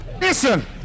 Listen